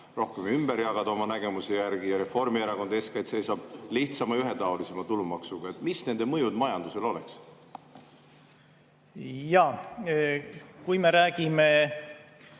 rohkem ümber jagada oma nägemuse järgi, ja Reformierakond eeskätt seisab lihtsama, ühetaolisema tulumaksu [eest]. Mis nende mõjud majandusele oleks?